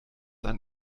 ein